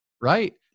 right